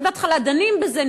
בהתחלה דנים בזה,